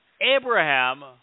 Abraham